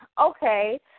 okay